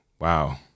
Wow